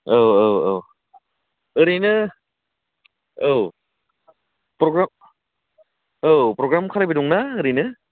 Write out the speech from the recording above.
औ औ औ ओरैनो औ प्रग्राम औ प्रग्राम खालायबोदोंमोन ना ओरैनो